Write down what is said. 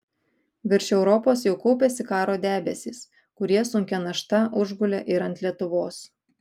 virš europos jau kaupėsi karo debesys kurie sunkia našta užgulė ir ant lietuvos